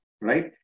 right